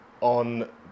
On